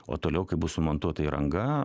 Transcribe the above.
o toliau kai bus sumontuota įranga